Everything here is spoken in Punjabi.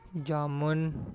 ਜਾਮੁਨ